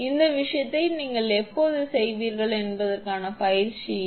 இந்த விஷயத்தை நீங்கள் எப்போது செய்வீர்கள் என்பதற்கான பயிற்சி இது